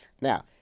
Now